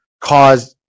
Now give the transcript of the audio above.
caused